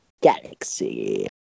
Galaxy